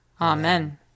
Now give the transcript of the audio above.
Amen